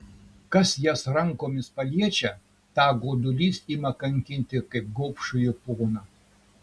kas jas rankomis paliečia tą godulys ima kankinti kaip gobšųjį poną